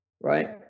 right